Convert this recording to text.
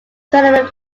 tournament